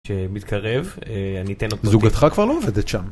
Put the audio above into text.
מתקרב אני אתן לך זוגתך כבר לא עובדת שם.